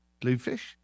bluefish